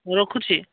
ହଉ ରଖୁଛି